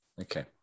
Okay